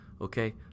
Okay